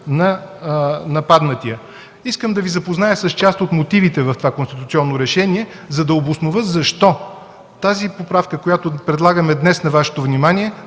на нападнатия. Искам да Ви запозная с част от мотивите в това конституционно решение, за да обоснова защо поправката, която предлагаме днес на Вашето внимание,